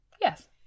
yes